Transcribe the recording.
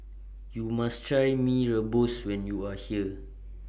YOU must Try Mee Rebus when YOU Are here